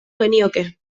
genioke